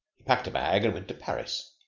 he packed a bag, and went to paris.